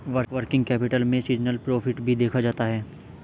working capital में seasonal profit भी देखा जाता है